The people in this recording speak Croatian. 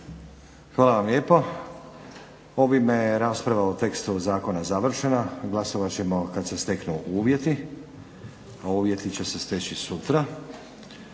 Hvala vam lijepo. Ovim rasprava o tekstu zakona završena. Glasovat ćemo kada se steknu uvjeti. A uvjeti će se steći sutra.